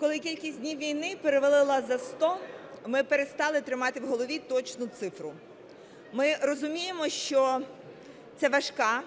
коли кількість днів війни перевалила за 100, ми перестали тримати в голові точну цифру. Ми розуміємо, що це важка,